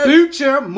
Future